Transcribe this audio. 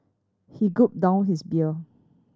he gulped down his beer